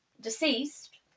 deceased